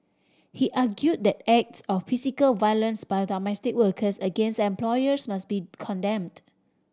he argued that acts of physical violence by domestic workers against employers must be condemned